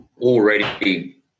already